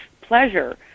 pleasure